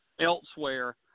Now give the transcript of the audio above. elsewhere